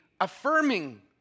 affirming